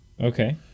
Okay